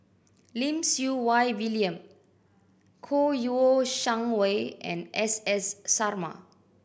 Lim Siew Wai William Kouo Shang Wei and S S Sarma